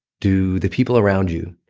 do the people around you,